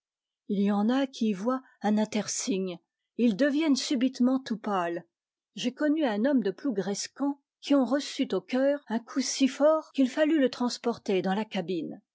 il y en a qui y voient un intersigne et ils deviennent subitement tout pâles j'ai connu un homme de plougrescant qui en reçut au cœur un coup si fort qu'il fallut le transporter dans la cabine